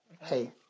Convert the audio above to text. hey